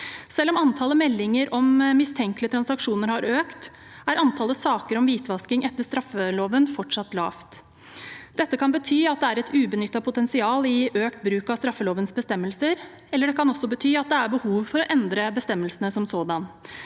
Selv om antallet meldinger om mistenkelige transaksjoner har økt, er antallet saker om hvitvasking etter straffeloven fortsatt lavt. Dette kan bety at det er et ubenyttet potensial i økt bruk av straffelovens bestemmelser, eller det kan bety at det er behov for å endre bestemmelsene som sådan.